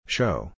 Show